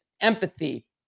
empathy